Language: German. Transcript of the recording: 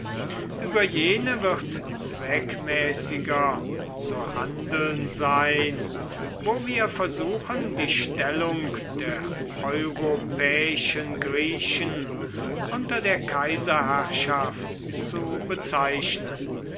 über jene wird zweckmäßiger zu handeln sein wo wir versuchen die stellung der europäischen griechen unter der kaiserherrschaft zu bezeichnen